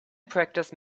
practice